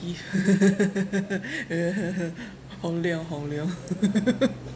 gift Hong Leong Hong Leong